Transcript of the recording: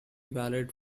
valid